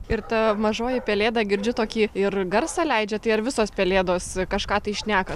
ir ta mažoji pelėda girdžiu tokį ir garsą leidžia tai ar visos pelėdos kažką tai šneka